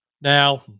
Now